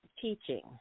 teaching